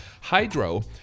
Hydro